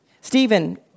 Stephen